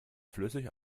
flüssig